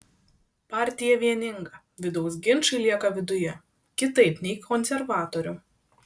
partija vieninga vidaus ginčai lieka viduje kitaip nei konservatorių